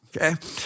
okay